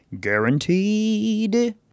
guaranteed